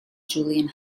julian